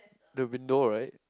the window right